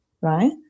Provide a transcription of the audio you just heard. right